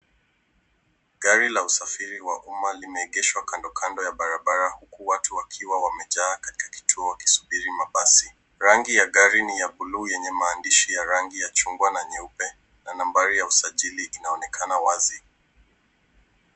Gari la usafiri wa umma limeegeshwa kando kando ya barabara huku watu wakiwa wamejaa katika kituo wakisubiri mabasi. Rangi ya gari ni ya bluu yenye maandishi ya rangi ya chungwa na nyeupe, na nambari ya usajili inaonekana wazi.